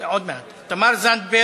עוד מעט, תמר זנדברג,